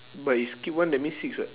but you skip one that means six what